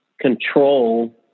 control